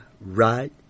right